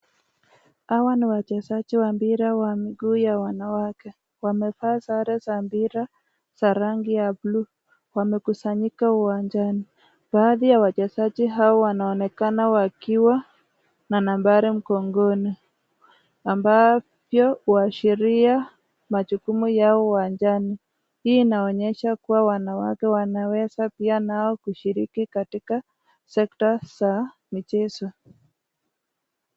Hawa ni wachezaji wa mpira wa miguu ya wanawake. Wamevaa sare za mpira za rangi ya blue . Wamekusanyika uwanjani. Baadhi ya wachezaji hao wanaonekana wakiwa na nambari mgongoni ambayo pia huashiria majukumu yao uwanjani. Hii inaonyesha kuwa wanawake wanaweza pia nao kushiriki katika sekta za michezo.